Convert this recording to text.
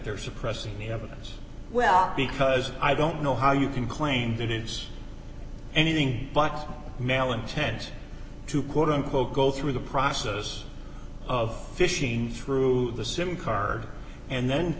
they're suppressing the evidence well because i don't know how you can claim that it was anything but malintent to quote unquote go through the process of fishing through the sim card and then